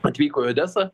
atvyko į odesą